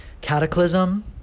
cataclysm